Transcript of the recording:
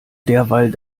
derweil